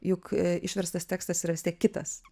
juk išverstas tekstas yra vis tiek kitas